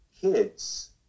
kids